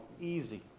easy